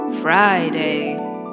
Friday